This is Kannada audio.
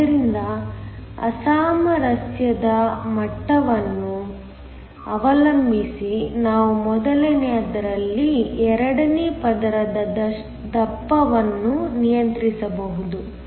ಆದ್ದರಿಂದ ಅಸಾಮರಸ್ಯದ ಮಟ್ಟವನ್ನು ಅವಲಂಬಿಸಿ ನಾವು ಮೊದಲನೆಯದರಲ್ಲಿ ಎರಡನೇ ಪದರದ ದಪ್ಪವನ್ನು ನಿಯಂತ್ರಿಸಬಹುದು